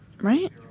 Right